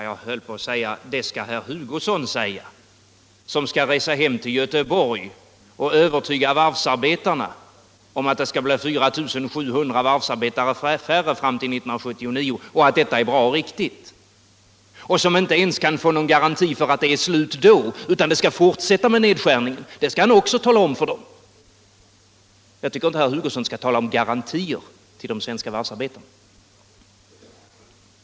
Jag höll på att säga: Det skall herr Hugosson säga — som skall resa hem till Göteborg och tala om för varvsarbetarna att det skall bli 4 700 varvsarbetare färre fram till 1979 och övertyga dem om att detta är bra och riktigt och som inte ens kan ge dem någon garanti för att det är slut med nedskärningarna då utan att dessa kanske fortsätter — det skall han också tala om för dem. Jag tycker inte att herr Hugosson skall tala om garantier till de svenska varvsarbetarna.